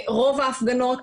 רוב ההפגנות